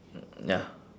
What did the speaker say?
ya